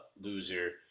loser